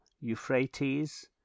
Euphrates